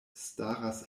staras